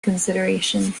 considerations